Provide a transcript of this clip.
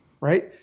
Right